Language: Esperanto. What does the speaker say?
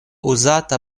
uzata